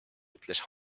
ütles